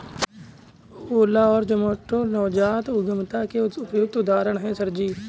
ओला और जोमैटो नवजात उद्यमिता के उपयुक्त उदाहरण है सर जी